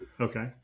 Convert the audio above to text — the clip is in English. Okay